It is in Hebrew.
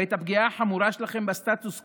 הרי את הפגיעה החמורה שלכם בסטטוס קוו,